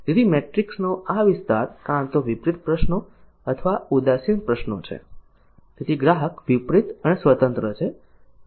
તેથી મેટ્રિક્સનો આ વિસ્તાર કાં તો વિપરીત પ્રશ્નો અથવા ઉદાસીન પ્રશ્નો છે તેથી ગ્રાહક વિપરીત અને સ્વતંત્ર છે